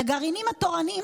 לגרעינים התורניים,